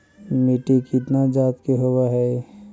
मिट्टी कितना जात के होब हय?